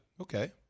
Okay